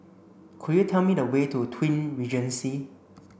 could you tell me the way to Twin Regency